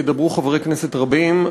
ידברו חברי כנסת רבים.